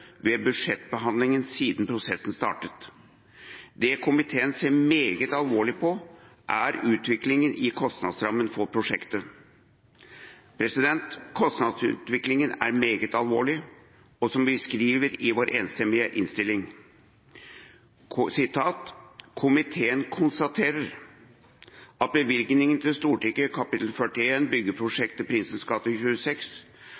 ved budsjettbehandlingene siden prosessen startet. Det komiteen ser meget alvorlig på, er utviklingen i kostnadsrammen for prosjektet. Kostnadsutviklingen er meget alvorlig, og vi skriver i vår enstemmige innstilling: «Komiteen konstaterer at bevilgningen til Stortinget,